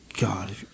God